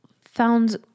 found